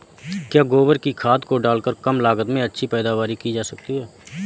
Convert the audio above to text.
क्या गोबर की खाद को डालकर कम लागत में अच्छी पैदावारी की जा सकती है?